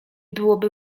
byłoby